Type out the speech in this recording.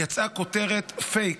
יצאה כותרת פייק,